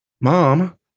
Mom